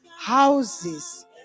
houses